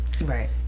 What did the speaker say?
Right